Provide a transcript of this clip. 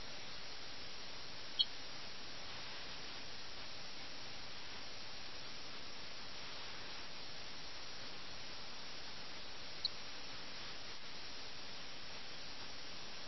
ഈ സഹതാപവും മിർസയുടെ ഈ വൈകാരിക പ്രതികരണം മിറിന്റെ പ്രതികരണത്തിന് സമാന്തരമാണ് നിങ്ങൾ ഓർക്കുന്നുവെങ്കിൽ അയാൾ പറഞ്ഞത് ഇപ്രകാരമാണ് നഗരം ഉപരോധിച്ചാൽ നമ്മൾ എങ്ങനെ വീട്ടിലേക്ക് പോകുമെന്ന് നിങ്ങൾ ചിന്തിച്ചിട്ടുണ്ടോ കൂടാതെ നഗരം അപകടത്തിലാണെന്ന് അദ്ദേഹം പറയുന്നു